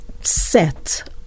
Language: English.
set